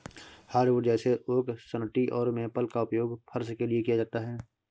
hardwood जैसे oak सन्टी और मेपल का उपयोग फर्श के लिए किया जाता है